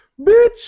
bitch